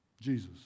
Jesus